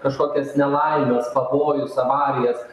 kažkokias nelaimes pavojus avarijas